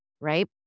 right